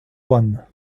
juan